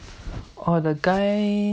orh the guy